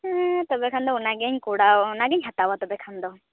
ᱛᱚᱵᱮᱠᱷᱟᱱ ᱫᱚ ᱚᱱᱟᱜᱤᱧ ᱠᱚᱲᱟᱣ ᱚᱱᱟᱜᱤᱧ ᱦᱟᱛᱟᱣᱟ ᱛᱚᱵᱮᱠᱷᱟᱱ ᱫᱚ